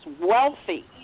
Wealthy